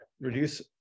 reduce